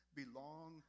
belong